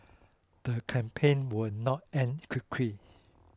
the campaign will not end quickly